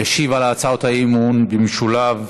ישיב על הצעות האי-אמון במשולב